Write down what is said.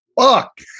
Fuck